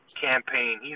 campaign